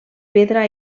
pedra